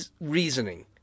reasoning